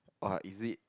<!wah! is it